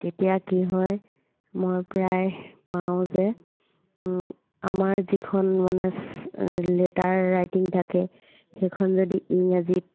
তেতিয়া কি হয় মই প্ৰায় পাওঁ যে আমাৰ যিখন মানে লেটাৰ ৰাইটিং থাকে সেইখন যদি ইংৰাজীত